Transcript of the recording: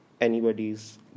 anybody's